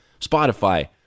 Spotify